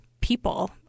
people